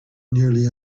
nearly